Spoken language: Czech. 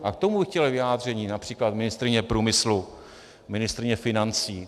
A k tomu bych chtěl vyjádření například ministryně průmyslu, ministryně financí.